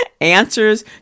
answers